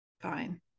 fine